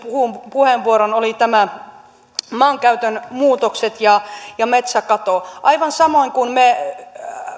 puheenvuoron olivat maankäytön muutokset ja ja metsäkato aivan samoin kuin